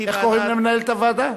אתי והדס איך קוראים למנהלת הוועדה?